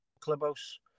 Clubhouse